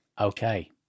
Okay